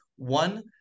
One